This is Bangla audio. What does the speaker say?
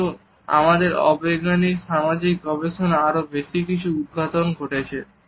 কিন্তু আমাদের অবৈজ্ঞানিক সামাজিক গবেষণা আরো বেশি কিছু উদঘাটন করেছে